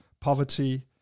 poverty